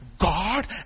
God